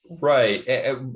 Right